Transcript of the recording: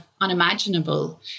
unimaginable